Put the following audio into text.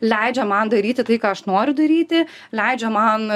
leidžia man daryti tai ką aš noriu daryti leidžia man